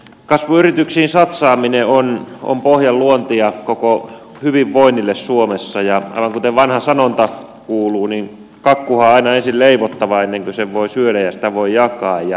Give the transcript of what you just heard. kasvuyrityksiin satsaaminen on pohjan luontia koko hyvinvoinnille suomessa ja aivan kuten vanha sanonta kuuluu kakkuhan on aina ensin leivottava ennen kuin sen voi syödä ja sitä voi jakaa